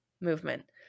movement